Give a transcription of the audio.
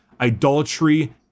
idolatry